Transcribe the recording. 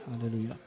Hallelujah